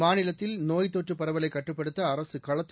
மாநிலத்தில் நோய் தொற்று பரவலை கட்டுப்படுத்த அரசு களத்தில்